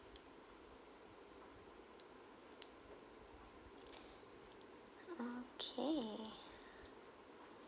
okay